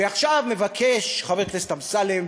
ועכשיו מבקש חבר הכנסת אמסלם,